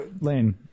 Lane